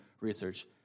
research